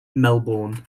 melbourne